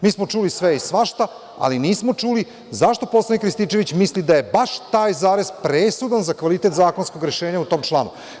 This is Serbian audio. Mi smo čuli sve i svašta, ali nismo čuli zašto poslanik Rističević misli da je baš taj zarez presudan za kvalitet zakonskog rešenja u tom članu.